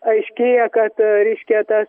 aiškėja kad reiškia tas